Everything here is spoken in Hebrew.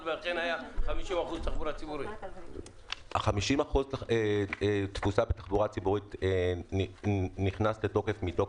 היו מקרים שה-50% לא נאכפו.